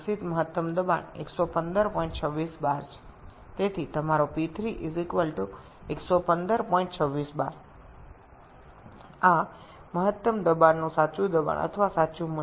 তাই আপনার P3 11526 bar এটিই আসল চাপ বা সর্বাধিক চাপের আসল মান যা আণবিক বিস্তারের বিষয়টি বিবেচনা করে